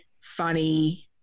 funny